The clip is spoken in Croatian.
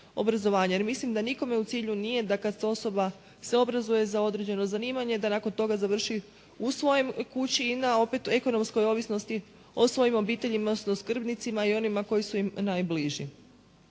mislim da nikome u cilju nije da kad se osoba obrazuje za određeno zanimanje, da nakon toga završi u svojoj kući i na opet, ekonomskoj ovisnosti o svojim obiteljima, odnosno skrbnicima i onima koji su im najbliži.